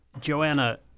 Joanna